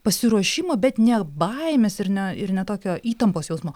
pasiruošimo bet ne baimės ir ne ir ne tokio įtampos jausmo